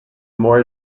more